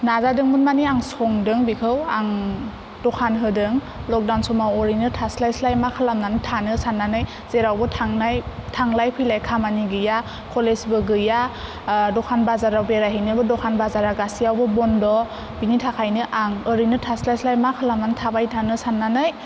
नाजादोंमोन मानि आं संदों बिखौ आं दखान होदों लखदाउन समाव ओरैनो थास्लाय स्लाय मा खालामनानै थानो साननानै जेरावबो थांनाय थांलाय फैलाय खामानि गैया खलेजबो गैया दखान बाजाराव बेराय हैनोबो दखान बाजारा गासियावबो बन्द' बिनि थाखायनो आं एरैनो थास्लाय स्लाय मा खालामनानै थाबाय थानो साननानै